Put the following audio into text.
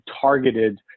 targeted